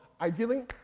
ideally